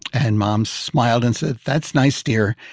and mom smiled and said, that's nice dear.